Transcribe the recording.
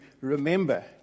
remember